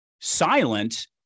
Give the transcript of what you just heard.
silent